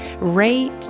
rate